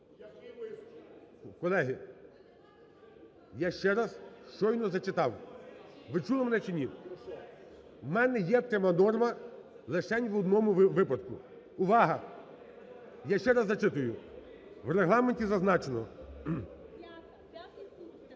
Колеги, я ще раз щойно зачитав. Ви чули мене чи ні? В мене є пряма норма лишень в одному випадку. Увага! Я ще раз зачитую. В Регламенті зазначено: